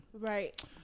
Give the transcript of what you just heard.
Right